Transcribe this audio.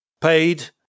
paid